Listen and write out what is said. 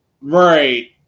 Right